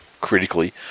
critically